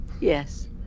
yes